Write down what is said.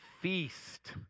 feast